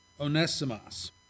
Onesimus